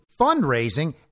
fundraising